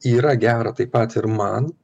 yra gera taip pat ir man